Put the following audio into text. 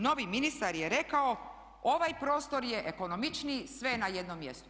Novi ministar je rekao ovaj prostor je ekonomičniji, sve je na jednom mjestu.